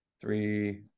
three